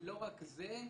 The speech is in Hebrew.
לא רק זה,